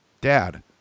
Dad